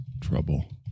Trouble